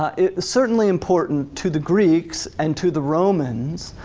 it's certainly important to the greeks and to the romans,